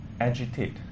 agitate